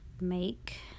make